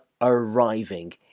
arriving